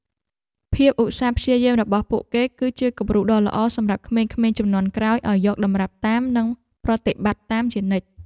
ភាពឧស្សាហ៍ព្យាយាមរបស់ពួកគេគឺជាគំរូដ៏ល្អសម្រាប់ក្មេងៗជំនាន់ក្រោយឱ្យយកតម្រាប់តាមនិងប្រតិបត្តិតាមជានិច្ច។